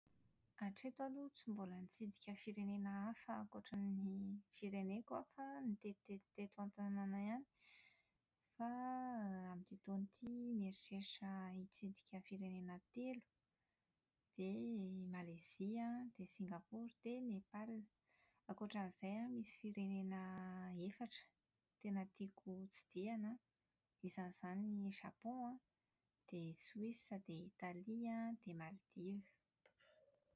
Hatreto aloha tsy mbola nitsidika firenena hafa ankoatra ny fireneko aho fa nitetitety teto an-tanàna ihany fa > amin'ity taona ity mieritreritra hitsidika firenena telo dia i Malezia, Singaporo dia i Nepal. Ankoatra an'izay an, misy firenena efatra tena tiako hotsidihina an, isan'izany i Japon an, dia i Suisse, dia Italia an, dia Maldives.